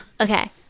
Okay